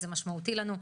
זה משמעותי לנו.